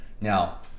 now